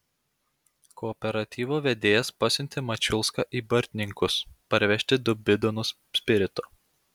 kooperatyvo vedėjas pasiuntė mačiulską į bartninkus parvežti du bidonus spirito